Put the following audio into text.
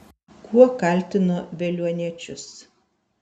kuo kaltino veliuoniečius